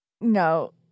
no